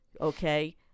Okay